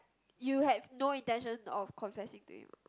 you have no intention of confessing to him uh